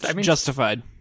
justified